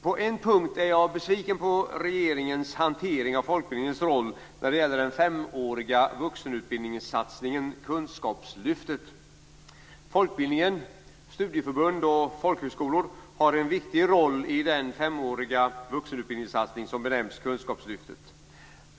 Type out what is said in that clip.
På en punkt är jag besviken på regeringens hantering av folkbildningens roll när det gäller den femåriga vuxenutbildningssatsningen kunskapslyftet. Folkbildningen - studieförbund och folkhögskolor - har en viktig roll i kunskapslyftet.